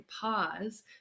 pause